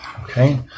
Okay